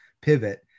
pivot